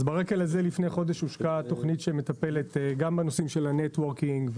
לפני חודש הושקעה תוכנית שמטפלת גם בנושאים של נט-וורקינג,